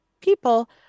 People